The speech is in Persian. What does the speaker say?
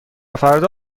فردا